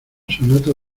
sonata